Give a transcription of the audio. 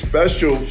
Special